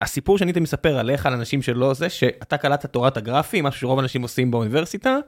הסיפור שאני הייתי מספר עליך על אנשים שלא זה... שאתה קלטת את תורת הגרפים, מה שרוב האנשים עושים באוניברסיטה